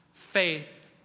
Faith